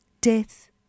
Death